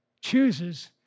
chooses